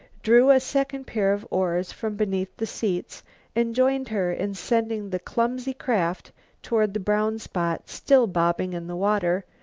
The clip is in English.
drew a second pair of oars from beneath the seats and joined her in sending the clumsy craft toward the brown spot still bobbing in the water,